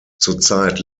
zurzeit